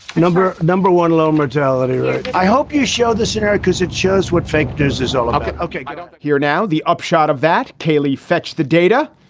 number number one, low mortality. i hope you show this year because it shows what think this is um ah but ok. here now the upshot of that cayley, fetch the data.